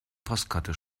postkarte